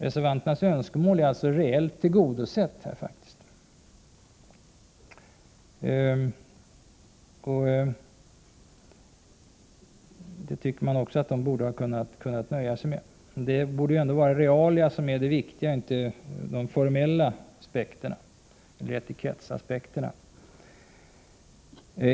Reservanternas önskemål är alltså reellt tillgodosett. Det borde de ha kunnat nöja sig med. Det är väl ändå realia och inte det formella, etikettsaspekterna, som är det viktiga.